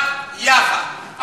רק יחד.